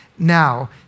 now